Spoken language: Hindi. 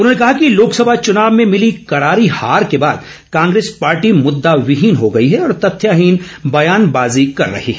उन्होंने कहा कि लोकसभा चुनाव में मिली करारी हार के बाद कांग्रेस पार्टी मुद्दा विहीन हो गई है और तथ्यहीन बयानबाजी कर रही है